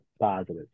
Positive